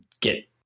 get